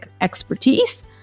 expertise